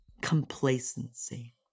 complacency